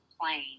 plane